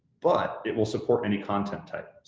but it will support any content type,